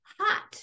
hot